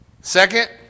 Second